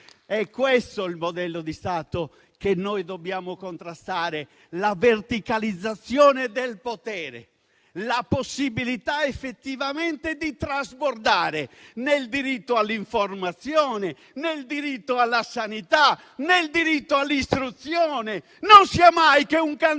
È questo il modello di Stato che noi dobbiamo contrastare; la verticalizzazione del potere, la possibilità effettiva di trasbordare nel diritto all'informazione, nel diritto alla sanità, nel diritto all'istruzione. Non sia mai che un cantante